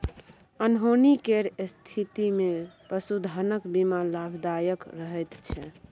अनहोनी केर स्थितिमे पशुधनक बीमा लाभदायक रहैत छै